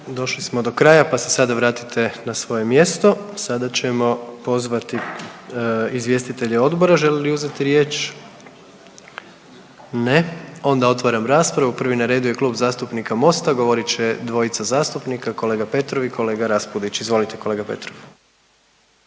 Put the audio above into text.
Došli smo do kraja pa se sada vratite na svoje mjesto. Sada ćemo pozvati izvjestitelje odbora, žele li uzeti riječ? Ne. Onda otvaram raspravu. Prvi na redu je Klub zastupnika Mosta, govorit će dvojica zastupnika, kolega Petrov i kolega Raspudić, izvolite kolega Petrov.